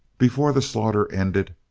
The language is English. before the slaughter ended,